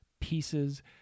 pieces